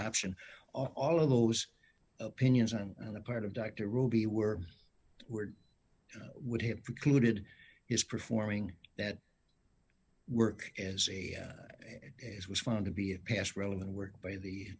option all of those opinions on the part of doctor ruby were were would have precluded his performing that work as a as was found to be of past relevant work by the